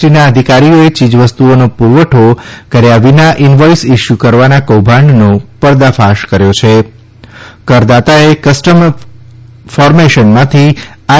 ટીના અધિકારીઓએ ચીજવસ્તુઓનો પુરવઠો કર્યા વિના ઇનવોઇસ ઇસ્યુ કરવાના કૌભાંડનો પર્દાફાશ કર્યો છિં કરદાતાએ કસ્ટમ ફોર્મેશન્સમાંથી આઇ